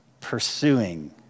pursuing